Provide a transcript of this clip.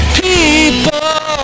people